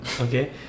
okay